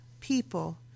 people